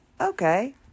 okay